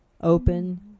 Open